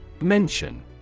Mention